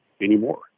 anymore